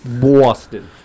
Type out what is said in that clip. Boston